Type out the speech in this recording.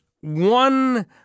one